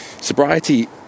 Sobriety